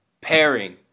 Pairing